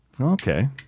Okay